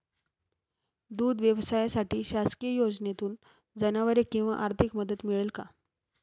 दूध व्यवसायासाठी शासकीय योजनेतून जनावरे किंवा आर्थिक मदत मिळते का?